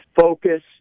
focus